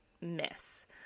miss